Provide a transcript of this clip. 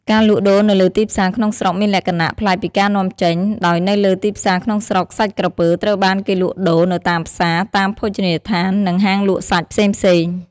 ការលក់ដូរនៅលើទីផ្សារក្នុងស្រុកមានលក្ខណៈប្លែកពីការនាំចេញ ដោយនៅលើទីផ្សារក្នុងស្រុកសាច់ក្រពើត្រូវបានគេលក់ដូរ នៅតាមផ្សារ តាមភោជនីយដ្ឋាន និងហាងលក់សាច់ផ្សេងៗ។